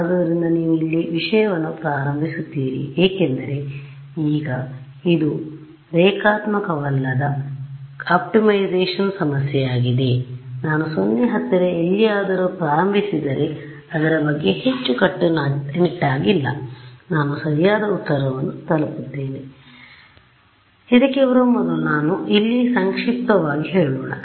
ಆದ್ದರಿಂದ ನೀವು ಎಲ್ಲಿ ವಿಷಯಗಳನ್ನು ಪ್ರಾರಂಭಿಸುತ್ತೀರಿ ಏಕೆಂದರೆ ಈಗ ಇದು ರೇಖಾತ್ಮಕವಲ್ಲದ ಆಪ್ಟಿಮೈಸೇಶನ್ ಸಮಸ್ಯೆಯಾಗಿದೆ ಆದರೆ ನಾನು 0 ಹತ್ತಿರ ಎಲ್ಲಿಯಾದರೂ ಪ್ರಾರಂಭಿಸಿದರೆ ಅದರ ಬಗ್ಗೆ ಹೆಚ್ಚು ಕಟ್ಟುನಿಟ್ಟಾಗಿಲ್ಲ ನಾನು ಸರಿಯಾದ ಉತ್ತರವನ್ನು ತಲುಪುತ್ತೇನೆ ಆದ್ದರಿಂದ ಇದಕ್ಕೆ ಬರುವ ಮೊದಲು ನಾವು ಇಲ್ಲಿ ಸಂಕ್ಷಿಪ್ತವಾಗಿ ಹೇಳೋಣ